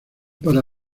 para